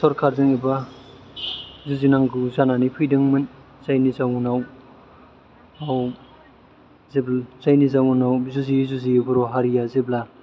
सरकारजों एबा जुजिनांगौ जानानै फैदोंमोन जायनि जाउनाव जुजियै जुजियै बर' हारिया जेब्ला